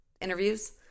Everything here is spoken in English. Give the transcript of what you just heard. interviews